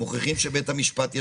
מוכיחים שיש מקום לבית המשפט?